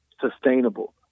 sustainable